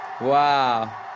Wow